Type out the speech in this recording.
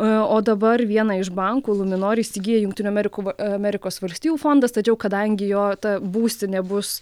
o dabar vieną iš bankų luminor įsigiję jungtinių amerikų amerikos valstijų fondas tačiau kadangi jo būstinė bus